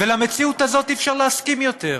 ולמציאות הזאת אי-אפשר להסכים יותר.